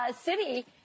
City